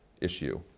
issue